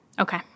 Okay